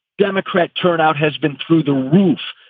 democrat turnout has been through the roof.